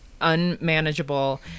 unmanageable